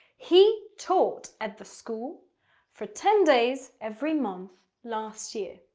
he taught at the school for ten days every month last year